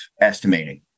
estimating